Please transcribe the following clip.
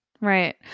Right